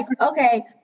okay